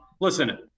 Listen